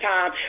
Time